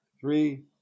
three